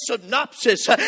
synopsis